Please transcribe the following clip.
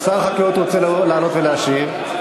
שר החקלאות רוצה לעלות ולהשיב.